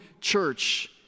church